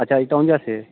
अच्छा इटौन्जा से